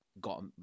got